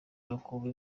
bakumva